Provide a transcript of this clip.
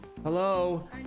Hello